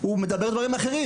הוא מדבר באופן אחר.